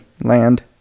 land